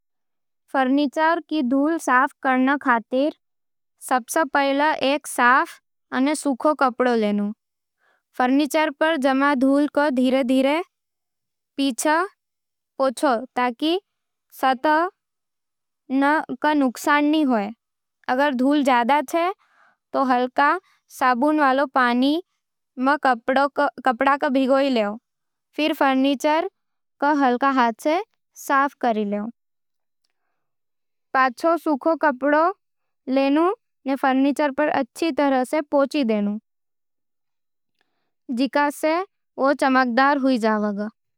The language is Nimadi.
फर्नीचर नी धूल साफ करणा खातर, सबसे पहले एक साफ अने सूखो कपड़ा लेनू। फर्नीचर पर जमा धूल ने धीरे-धीरे पोंछो, ताकि सतह न नुक्सान नी होवे। अगर धूल जादा हो, तो हलके साबुन वाला पानी में कपड़ा भिगोके, फेर फर्नीचर ने हलके हाथ सै साफ करो। पाछै, सूखा कपड़ा सै फर्नीचर ने अच्छी तरह पोंछ देनु जणसें ओ चमकदार अने साफ दिखे। ई तरकीब सै घर रो माहौल स्वच्छ अने सुंदर बन जावे है।